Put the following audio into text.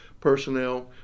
personnel